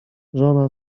żona